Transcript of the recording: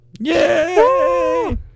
Yay